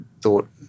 thought